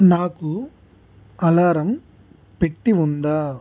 నాకు అలారం పెట్టి ఉందా